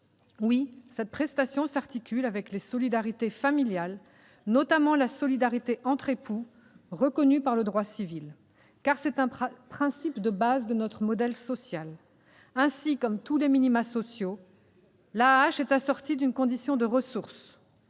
Oui, cette prestation s'articule avec les solidarités familiales, notamment la solidarité entre époux reconnue par le droit civil, car c'est un principe de base de notre modèle social. Ainsi, comme tous les minima sociaux, l'AAH est assortie d'une condition de ressources.